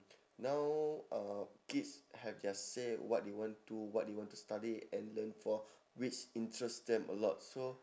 now uh kids have their say what they want to what they want to study and learn for which interest them a lot so